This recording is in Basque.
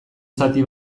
zati